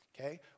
Okay